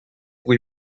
pour